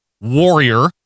Warrior